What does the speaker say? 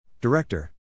Director